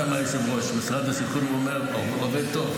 ראינו בכפר עקב.